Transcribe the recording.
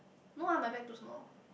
no ah my bag too small